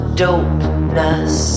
dopeness